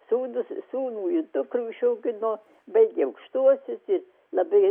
sūnus sūnų ir dukrų išaugino baigė aukštuosius jis labai